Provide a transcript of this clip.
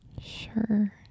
Sure